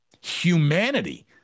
humanity